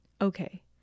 Okay